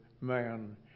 man